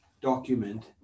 document